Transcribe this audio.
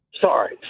Sorry